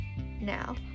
Now